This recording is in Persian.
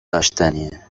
داشتنیه